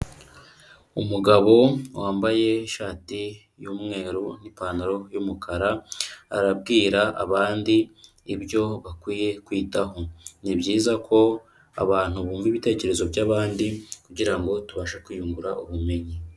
Umugabo wambaye ishati y'umweru n'ipantaro y'umukara, arabwira abandi ibyo bakwiye kwitaho. Ni byiza ko abantu bumva ibitekerezo by'abandi kugira ngo tubashe kwiyungura ubumenyi.